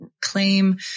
claim